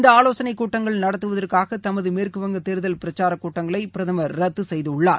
இந்த ஆலோசனை கூட்டங்கள் நடத்துவதற்காக தமது மேற்குவங்க தேர்தல் பிரசார கூட்டங்களை ரத்து செய்துள்ளார்